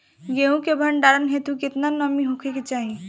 गेहूं के भंडारन हेतू कितना नमी होखे के चाहि?